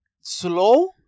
slow